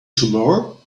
tomorrow